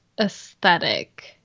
aesthetic